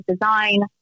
design